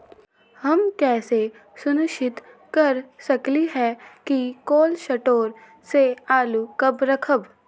हम कैसे सुनिश्चित कर सकली ह कि कोल शटोर से आलू कब रखब?